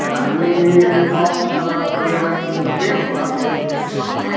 हामी approx eleven ten होला ten ten दसजना